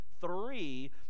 three